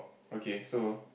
okay so